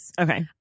Okay